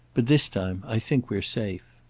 but this time i think we're safe.